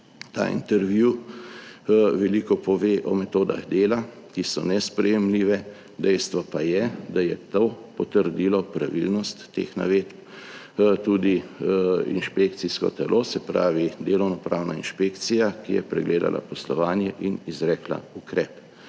ta intervju veliko pove o metodah dela, ki so nesprejemljive. Dejstvo pa je, da je to potrdilo, pravilnost teh navedb, tudi inšpekcijsko telo, se pravi, delovnopravna inšpekcija, ki je pregledala poslovanje in izrekla ukrep.